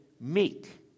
meek